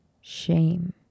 shame